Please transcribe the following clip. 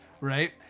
right